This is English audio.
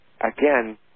again